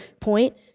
point